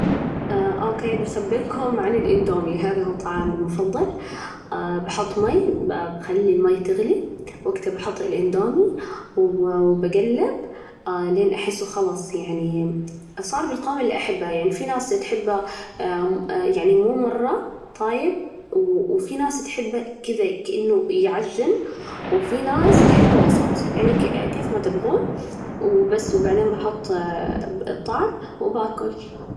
أوكي، بخبركم عن الإندومي، هذا هو طعامي المفضل، بحط مي، ب بخلي المي تغلي، وقتها بحط الإندومي، وبقلب لين أحسه خلاص يعني صار بالقوام اللي أحبه، يعني في ناس تحبه مم يعني مو مرة طايب، وفي ناس تحبه كذا كأنه يعجن، وفي ناس تحبه وسط، يعني كيف ما تبغون، وبس، وبعدين بحط الطعم وباكل.